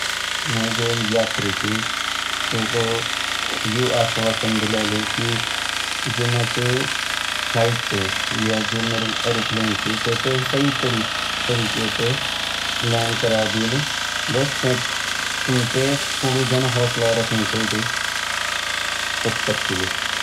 मैंजो यात्री छिन ता मैं उते यू आश्वासन दिलोलु की जु मै ची फ्लाइट ते या जू मेरु एयरोप्लेन ते सही तरीका से लैंड करा दयोलू बस तुमते थोड़ा हौसला रखण्ड चैदु तब तक के लिए।